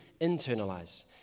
internalize